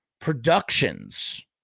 productions